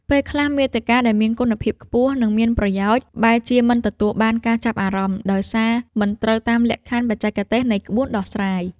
ពេលខ្លះ មាតិកាដែលមានគុណភាពខ្ពស់ និងមានប្រយោជន៍ បែរជាមិនទទួលបានការចាប់អារម្មណ៍ ដោយសារមិនត្រូវតាមលក្ខខណ្ឌបច្ចេកទេសនៃក្បួនដោះស្រាយ។